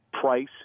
price